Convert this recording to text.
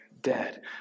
dead